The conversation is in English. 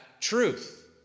truth